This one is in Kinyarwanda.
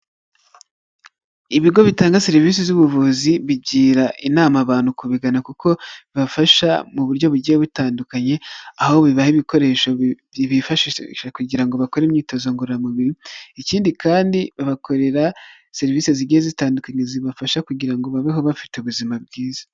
Ibigo bitanga serivise z'ubuvuzi, bigira inama abantu kubigana kuko bibafasha mu buryo bugiye butandukanye aho bibaha ibikoresho kugira ngo bakore imyitozo ngororamubiri, ikindi kandi babakorera serivisi zigiye zitandukanye, zibafasha kugira ngo babeho bafite ubuzima bwiza.